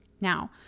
Now